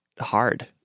hard